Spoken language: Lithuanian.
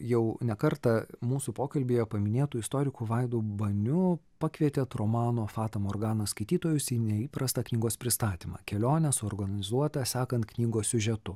jau ne kartą mūsų pokalbyje paminėtu istoriku vaidu baniu pakvietėt romano fata morgana skaitytojus į neįprastą knygos pristatymą kelionę suorganizuotą sekant knygos siužetu